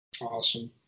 Awesome